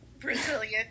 Brazilian